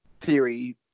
theory